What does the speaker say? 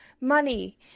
money